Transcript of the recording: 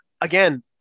again